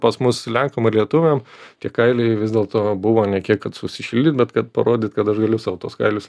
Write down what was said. pas mus lenkam ar lietuviam tie kailiai vis dėlto buvo ne kiek kad susišildyt bet kad parodyt kad aš galiu sau tuos kailius